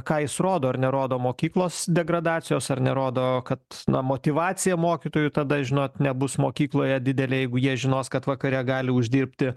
ką jis rodo ar nerodo mokyklos degradacijos ar nerodo kad na motyvacija mokytojų tada žinot nebus mokykloje didelė jeigu jie žinos kad vakare gali uždirbti